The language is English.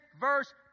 verse